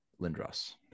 Lindros